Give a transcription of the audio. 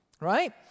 right